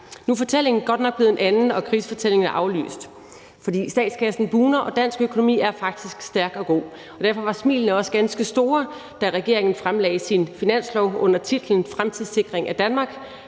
Nu er fortællingen godt nok blevet en anden, og krisefortællingen er aflyst. For statskassen bugner, og dansk økonomi er faktisk stærk og god. Derfor var smilene også ganske store, da regeringen fremlagde sin finanslov under titlen »Fremtidssikring af Danmark«,